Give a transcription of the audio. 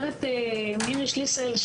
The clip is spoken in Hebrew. אומרת מירי שליסל,